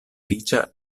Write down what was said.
riĉa